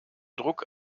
druck